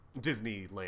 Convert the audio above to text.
Disneyland